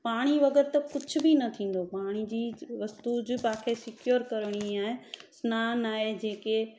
पाणी बग़ैरि त कुझ बि न थींदो पाणी चीज़ वस्तू पाण खे सिक्योर करणी आहे सनानु आहे जेके